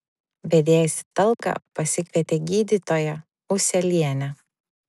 vedėjas į talką pasikvietė gydytoją ūselienę